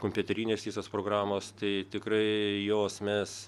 kompiuterinės visos programos tai tikrai jos mes